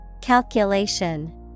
Calculation